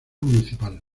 municipal